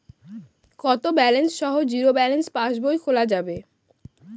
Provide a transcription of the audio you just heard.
কত ব্যালেন্স সহ zero balance পাসবই খোলা যাবে?